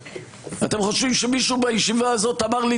אתם חושבים שמישהו בישיבה הזאת אמר לי